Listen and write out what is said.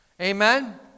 Amen